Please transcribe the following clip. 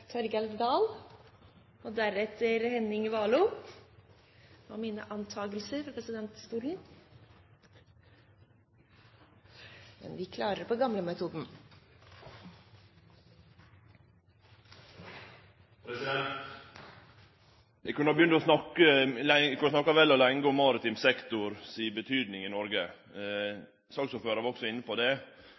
voteringssystemet og representantenes mulighet for å melde seg elektronisk. Vi får bruke den gamle metoden – det klarer vi! Eg kunne ha snakka vel og lenge om maritim sektor si betydning i Noreg. Saksordføraren var også inne på det.